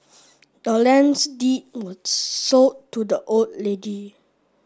the land's deed was sold to the old lady